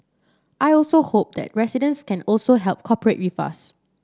I also hope that residents can also help with us